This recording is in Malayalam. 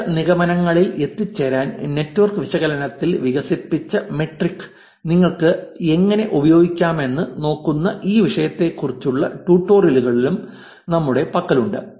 ചില നിഗമനങ്ങളിൽ എത്തിച്ചേരാൻ നെറ്റ്വർക്ക് വിശകലനത്തിൽ വികസിപ്പിച്ച മെട്രിക്സ് നിങ്ങൾക്ക് എങ്ങനെ ഉപയോഗിക്കാമെന്ന് നോക്കുന്ന ഈ വിഷയത്തെക്കുറിച്ചുള്ള ട്യൂട്ടോറിയലുകളും നമ്മുടെ പക്കലുണ്ട്